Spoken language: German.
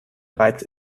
bereits